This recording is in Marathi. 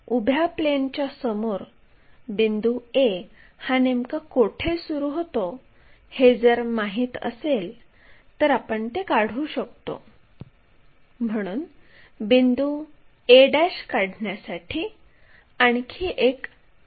आपण आधीच d या बिंदूचे स्थान निश्चित केले आहे मग d पासून एक प्रोजेक्टर लाईन काढा जी आर्कला कट करते आणि त्यास d असे म्हणू